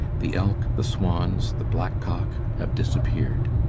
the elk, the swans, the black-cock have disappeared.